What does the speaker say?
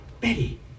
Betty